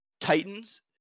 Titans